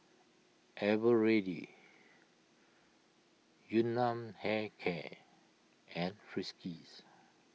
Eveready Yun Nam Hair Care and Friskies